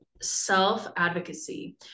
self-advocacy